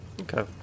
Okay